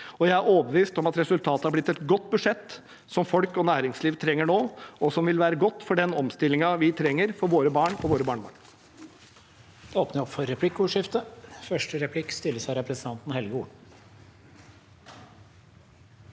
jeg er overbevist om at resultatet har blitt et godt budsjett som folk og næringsliv trenger nå, og som vil være godt for den omstillingen vi trenger for våre barn og barnebarn.